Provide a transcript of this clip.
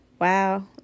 wow